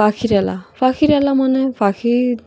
পাখিরালা পাখিরালা মানে পাখি